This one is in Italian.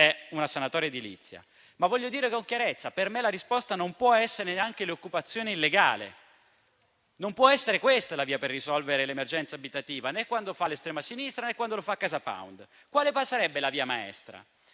è una sanatoria edilizia. Voglio dire con chiarezza che per me la risposta non può essere neanche l'occupazione illegale. Non può essere questa la via per risolvere l'emergenza abitativa, né quando lo fa l'estrema sinistra, né quando lo fa a CasaPound. Quale sarebbe la via maestra?